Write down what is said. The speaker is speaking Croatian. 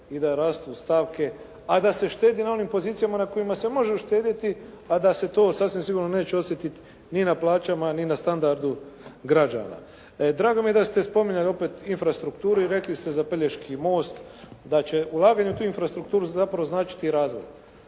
i da rastu stavke, a da se štedi na onim pozicijama na kojima se može uštedjeti, a da se to sasvim sigurno neće osjetiti ni na plaćama, ni na standardu građana. Drago mi je da ste spominjali opet infrastrukturu i rekli ste za Pelješki most da će ulaganjem u tu infrastrukturu zapravo značiti i razvoj,